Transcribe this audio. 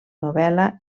novel·la